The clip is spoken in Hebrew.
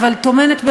אבל טומנת בחובה,